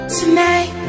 tonight